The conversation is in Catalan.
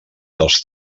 dels